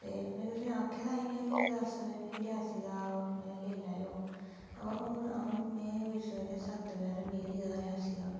तो में तुसेंगी आक्खे दा इयां बी मिगी रियासी दा लेई लैओ अवा हून अऊ ंमें कोई सबेरे सत्त बजे कन्नै निकली गेदा रियासी दा